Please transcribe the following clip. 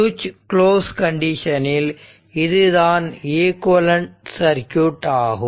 சுவிட்ச் குளோஸ் கண்டிஷனில் இதுதான் ஈக்விவெலேன்ட் சர்க்யூட் ஆகும்